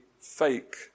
fake